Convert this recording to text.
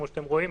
כמו שאתם רואים,